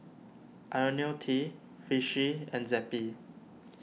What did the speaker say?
Ionil T Vichy and Zappy